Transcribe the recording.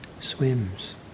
swims